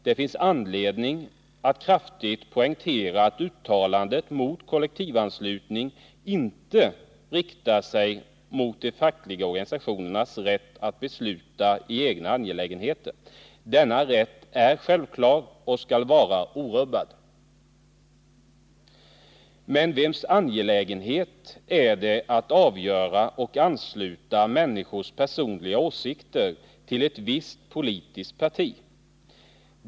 Det finns anledning att kraftigt poängtera att uttalandet mot kollektivanslutning inte riktar sig mot de fackliga organisationernas rätt att besluta i egna angelägenheter. Denna rätt är självklar och skall vara orubbad. Men vems angelägenhet är det att avgöra människors personliga åsikter och ansluta dem till ett visst politiskt parti?